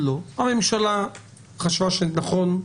הממשלה חשבה שזה נכון,